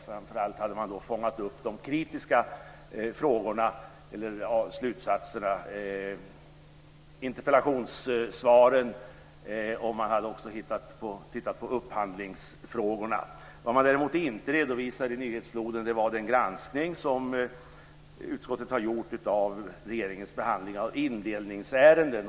Framför allt hade man fångat upp de kritiska slutsatserna och interpellationssvaren. Man hade också tittat på upphandlingsfrågorna. Vad man däremot inte redovisade i nyhetsfloden var den granskning som utskottet har gjort av regeringens behandling av indelningsärenden.